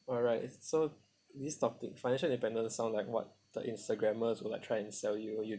all right so this topic financial independence sound like what the instagrammers would like try and sell you